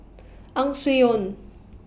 Ang Swee Aun